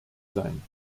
sein